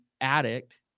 addict